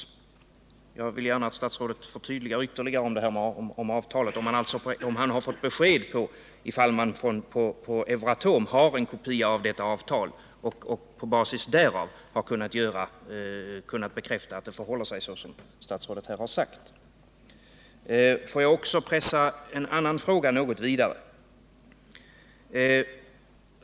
Jag vill alltså gärna att statsrådet ytterligare förtydligar sig: Har han fått besked huruvida man på Euratom har en kopia av detta avtal och har han på basis härav kunnat förvissa sig om att det förhåller sig så som statsrådet här har sagt. Får jag också föra en annan fråga något vidare.